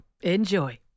Enjoy